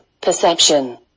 perception